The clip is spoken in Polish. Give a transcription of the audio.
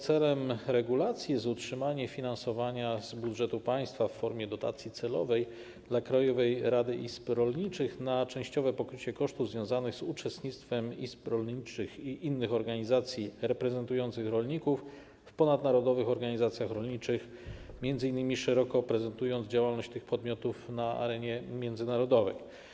Celem regulacji jest utrzymanie finansowania z budżetu państwa w formie dotacji celowej dla Krajowej Rady Izb Rolniczych na częściowe pokrycie kosztów związanych z uczestnictwem izb rolniczych i innych organizacji reprezentujących rolników w ponadnarodowych organizacjach rolniczych, m.in. szeroko prezentując działalność tych podmiotów na arenie międzynarodowej.